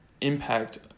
impact